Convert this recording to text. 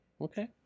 Okay